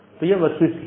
तो यह वस्तु स्थिति है